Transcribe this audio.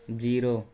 zero